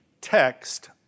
text